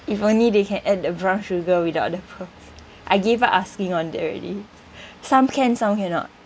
if only they can add the brown sugar without the pearl I gave up asking on that already some can some cannot